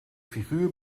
figuur